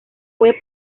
fue